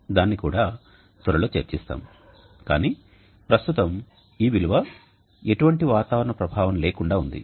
దానిని కూడా త్వరలో చర్చిస్తాము కానీ ప్రస్తుతం ఈ విలువ ఎటువంటి వాతావరణం ప్రభావం లేకుండా ఉంది